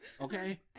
Okay